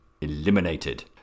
eliminated